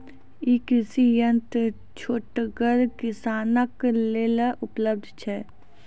ई कृषि यंत्र छोटगर किसानक लेल उपलव्ध छै?